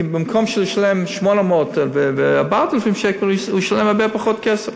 כי במקום שהוא ישלם 800 ו-4,000 שקל הוא ישלם הרבה פחות כסף.